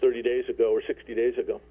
thirty days ago or sixty days ago